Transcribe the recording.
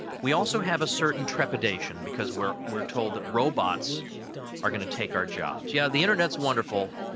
we also have a certain trepidation, because we're we're told that robots are going to take our jobs. yeah, the internet's wonderful,